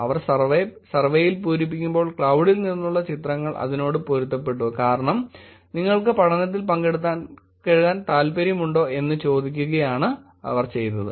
അവർ സർവേയിൽ പൂരിപ്പിക്കുമ്പോൾ ക്ലൌഡിൽ നിന്നുള്ള ചിത്രങ്ങൾ അതിനോട് പൊരുത്തപ്പെട്ടു കാരണം നിങ്ങൾക്ക് പഠനത്തിൽ പങ്കെടുക്കാൻ താല്പര്യമുണ്ടോ എന്ന് ചോദിക്കുകയാണ് അവർ ചെയ്തത്